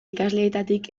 ikasleetatik